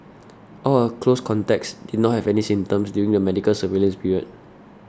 all her close contacts did not have any symptoms during the medical surveillance period